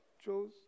chose